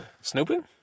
Snooping